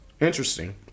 Interesting